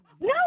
No